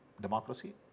democracy